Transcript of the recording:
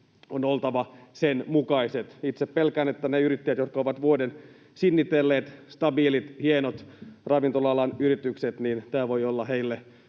on oltava sen mukaiset. Itse pelkään, että niille yrittäjille, jotka ovat vuoden sinnitelleet — stabiilit, hienot ravintola-alan yritykset — tämä voi olla se